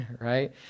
right